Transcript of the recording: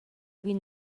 vint